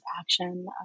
action